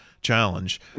challenge